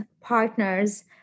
partners